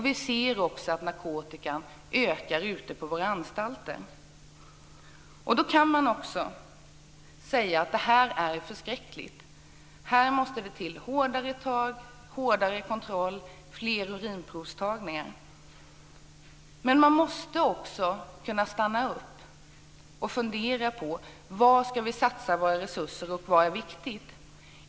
Vi ser också att narkotikan ökar ute på våra anstalter. Då kan man säga: Det här är förskräckligt. Här måste det till hårdare tag, hårdare kontroll och fler urinprovstagningar. Men man måste också kunna stanna upp och fundera: Var ska vi satsa våra resurser? Vad är viktigt?